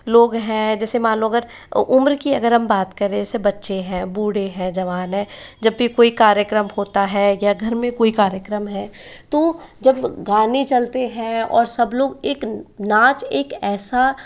लोग हैं जैसे मान लो अगर उम्र की अगर हम बात करें ऐसे बच्चे हैं बूढ़े हैं जवान है जब भी कोई कार्यक्रम होता है या घर में कोई कार्यक्रम है तो जब गाने चलते हैं और सब लोग एक नाच एक ऐसा